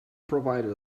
provided